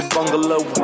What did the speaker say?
Bungalow